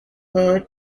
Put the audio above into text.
her